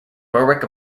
berwick